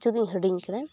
ᱛᱚ ᱠᱤᱪᱷᱩ ᱫᱩᱧ ᱦᱟᱹᱲᱤᱧ ᱠᱟᱫᱟ